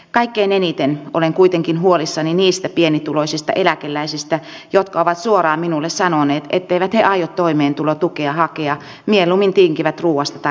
kaikkein eniten olen kuitenkin huolissani niistä pienituloisista eläkeläisistä jotka ovat suoraan minulle sanoneet etteivät he aio toimeentulotukea hakea mieluummin tinkivät ruuasta tai lääkkeistä